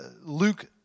Luke